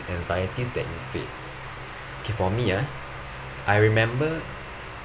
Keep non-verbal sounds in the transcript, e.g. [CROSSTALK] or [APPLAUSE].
anxieties that you face [BREATH] okay for me ah I remember